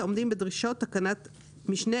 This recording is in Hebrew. העומדים בדרישות תקנת משנה